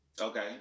Okay